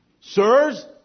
Sirs